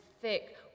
thick